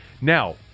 Now